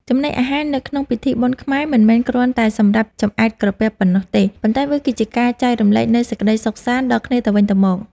ចំណីអាហារនៅក្នុងពិធីបុណ្យខ្មែរមិនមែនគ្រាន់តែសម្រាប់ចម្អែតក្រពះប៉ុណ្ណោះទេ ប៉ុន្តែវាគឺជាការចែករំលែកនូវសេចក្តីសុខសាន្តដល់គ្នាទៅវិញទៅមក។